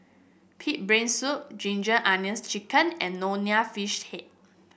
pig brain soup Ginger Onions chicken and Nonya Fish Head